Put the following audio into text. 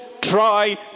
try